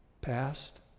past